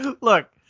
look